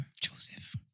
Joseph